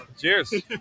Cheers